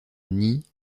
nie